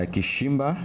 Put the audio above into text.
Kishimba